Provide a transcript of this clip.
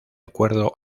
acuerdo